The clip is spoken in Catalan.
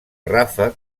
ràfec